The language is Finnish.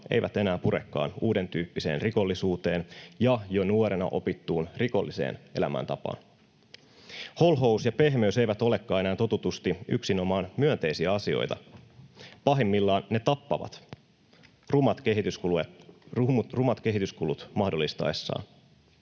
eivät enää purekaan uudentyyppiseen rikollisuuteen ja jo nuorena opittuun rikolliseen elämäntapaan. Holhous ja pehmeys eivät olekaan enää totutusti yksinomaan myönteisiä asioita. Pahimmillaan ne tappavat rumat kehityskulut mahdollistaessaan.